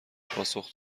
پاسخ